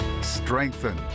strengthen